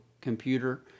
computer